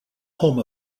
home